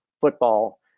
football